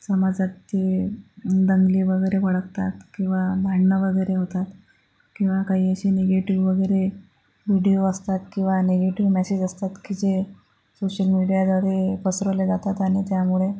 समाजात ते दंगे वगैरे भडकतात किंवा भांडणं वगैरे होतात किवा काही असे निगेटिव वगैरे विडियो असतात किंवा निगेटिव मॅसेज असतात की जे सोशल मीडियाद्वारे पसरवले जातात आणि त्यामुळे